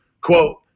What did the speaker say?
quote